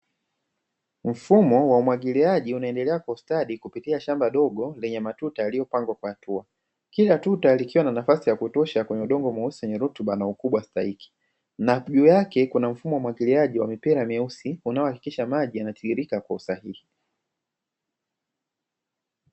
Mfumo wa umwagiliaji unaendelea kustadi kupitia shamba dogo lenye matuta yaliyopangwa kwa hatua, kila tuta likiwa na nafasi ya kutosha kwenye udongo mweusi wenye rutuba na ukubwa stahiki, na juu yake kuna mfumo wa umwagilaji wa mipira meusi unao hakikisha maji yanatiririka kwa usahihi.